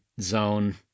zone